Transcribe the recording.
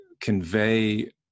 convey